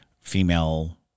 female